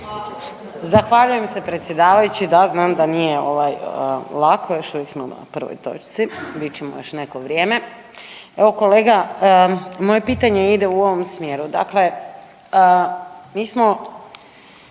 Zahvaljujem se predsjedavajući. Da, znam da nije ovaj lako, još uvijek smo na prvoj točci, bit ćemo još neko vrijeme. Evo, kolega, moje pitanje ide u ovom smjeru. Dakle, mi smo